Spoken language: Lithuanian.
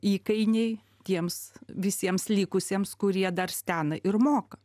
įkainiai tiems visiems likusiems kurie dar stena ir moka